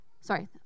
sorry